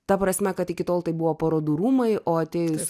ta prasme kad iki tol tai buvo parodų rūmai o atėjus